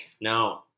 No